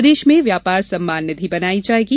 प्रदेश में व्यापार सम्मान निधि बनायी जायेगी